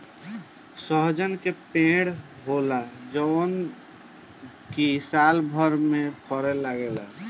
सहजन के पेड़ होला जवन की सालभर में फरे लागेला